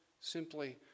simply